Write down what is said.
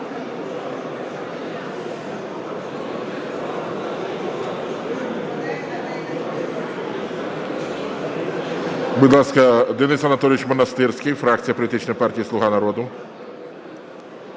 Денис Анатолійович Монастирський фракція політичної партії "Слуга народу".